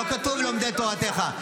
לא כתוב "לומדי תורתך",